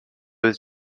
was